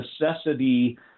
necessity